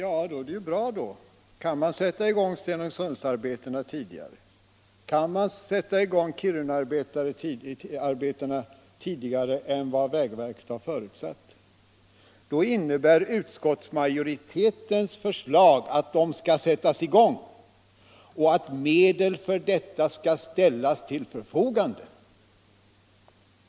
Herr talman! Ja, då är det bra, Kan man sätta i gång Stenungsundsarbetena tidigare, kan man sätta i gång Kirunaarbetena tidigare än vägverket förutsatt innebär utskottsmajoritetens förslag att de skall sättas i gång och att medel för detta skall ställas till förfogande.